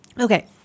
Okay